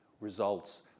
results